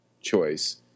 choice